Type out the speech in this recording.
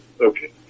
Okay